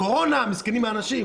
הרי יש קורונה, מסכנים האנשים.